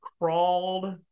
crawled